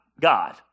God